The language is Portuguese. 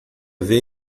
veio